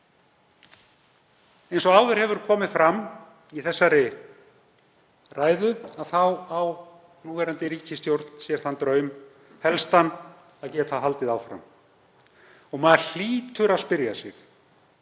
Eins og áður hefur komið fram í þessari ræðu á núverandi ríkisstjórn sér þann draum helstan að geta haldið áfram. Maður hlýtur að spyrja sig